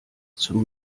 zum